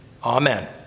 Amen